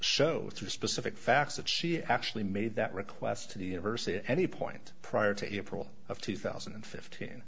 show three specific facts that she actually made that request to the university at any point prior to april of two thousand and fifteen